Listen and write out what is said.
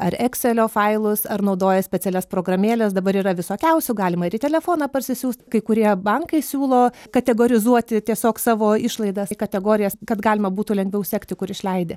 ar ekselio failus ar naudoja specialias programėles dabar yra visokiausių galima ir į telefoną parsisiųst kai kurie bankai siūlo kategorizuoti tiesiog savo išlaidas kategorijas kad galima būtų lengviau sekti kur išleidi